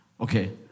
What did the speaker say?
Okay